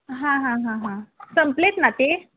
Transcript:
हां हां हां हां संपले आहेत ना ते